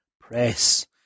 Press